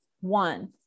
one